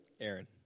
Aaron